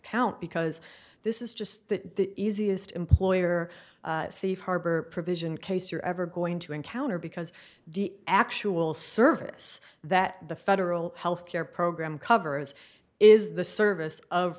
count because this is just that easiest employer safe harbor provision case you're ever going to encounter because the actual service that the federal health care program covers is the service of